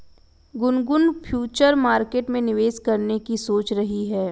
Gungun future market में निवेश करने की सोच रही है